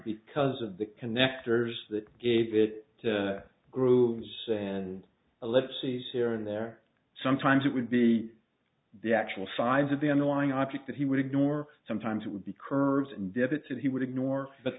because of the connectors that gave it to grooves and a left sees here and there sometimes it would be the actual size of the underlying object that he would ignore sometimes it would be curved debits and he would ignore but